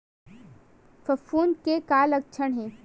फफूंद के का लक्षण हे?